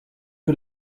que